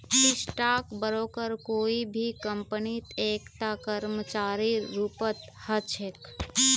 stock broker कोई भी कम्पनीत एकता कर्मचारीर रूपत ह छेक